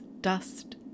dust